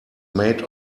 made